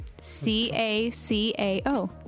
C-A-C-A-O